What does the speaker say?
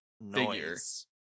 noise